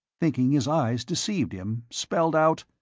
thinking his eyes deceived him spelled out